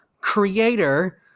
creator